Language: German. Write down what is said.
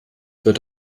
wird